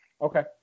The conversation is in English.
Okay